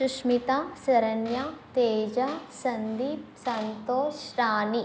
Susmitha Saranya Teja Sandeep Santosh Rani